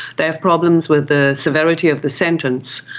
they have problems with the severity of the sentence.